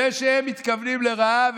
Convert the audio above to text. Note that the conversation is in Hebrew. זה שהם מתכוונים לרעה,